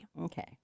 Okay